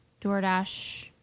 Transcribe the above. DoorDash